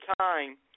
time